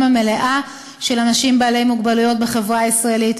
המלאה של אנשים בעלי מוגבלויות בחברה הישראלית,